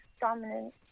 dominant